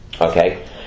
okay